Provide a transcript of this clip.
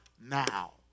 now